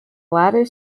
latter